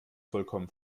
vollkommen